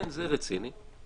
זה רציני?